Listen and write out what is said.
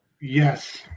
Yes